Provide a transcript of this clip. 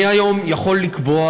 אני היום יכול לקבוע,